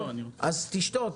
אם לא אז תשתוק.